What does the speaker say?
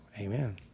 amen